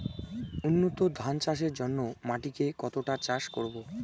উন্নত ধান চাষের জন্য মাটিকে কতটা চাষ করব?